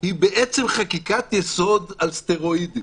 היא בעצם חקיקת יסוד על סטרואידים,